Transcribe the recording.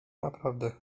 naprawdę